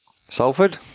Salford